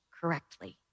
correctly